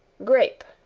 grape,